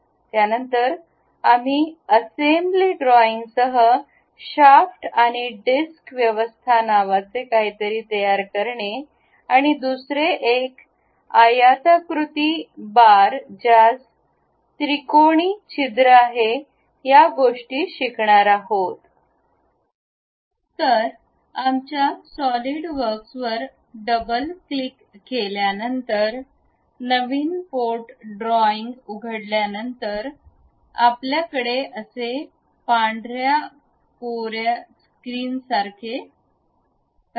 त्यानंतर आम्ही असेंब्ली ड्रॉईंगसह शाफ्ट आणि डिस्क व्यवस्था नावाचे काहीतरी तयार करणेआणि दुसरे एक आयताकृती बार ज्यास चौकोणी छिद्र आहे या गोष्टी शिकणार आहोत तर आमच्या सॉलीडवर्क्सवर डबल क्लिक केल्यानंतर नवीन पार्ट ड्रॉईंग उघडल्यानंतर आपल्याकडे असे पांढर्या कोरे स्क्रीन असेल